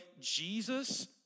Jesus